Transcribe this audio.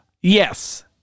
Yes